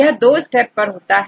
यह 2 स्टेप पर होता है